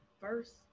first